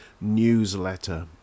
newsletter